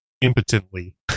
impotently